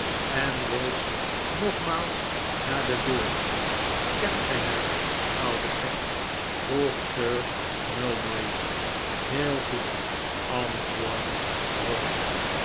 en nikolaas nickleby wees nogmaals naar de deur kent gij mij oude gek vroeg sir mulberry heel goed antwoordde